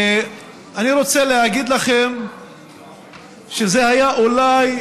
אני רוצה להגיד לכם שזה היה אולי